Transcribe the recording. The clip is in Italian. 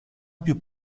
più